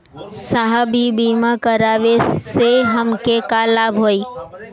साहब इ बीमा करावे से हमके का लाभ होई?